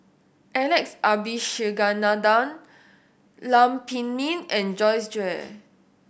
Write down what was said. Alex Abisheganaden Lam Pin Min and Joyce Jue